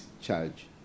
charge